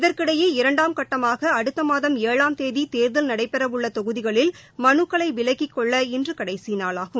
இதற்கிடயே இரண்டாம் கட்டமாக அடுத்த மாதம் ஏழாம் தேதி தேர்தல் நடைபெறவுள்ள தொகுதிகளில் மனுக்களை விலக்கிக் கொள்ள இன்று களடசி நாளாகும்